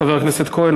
חבר הכנסת כהן,